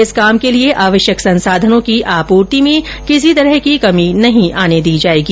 इस कार्य के लिए आवश्यक संसाधनों की आपूर्ति में किसी तरह की कमी नहीं आने दी जाएगी